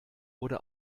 wurde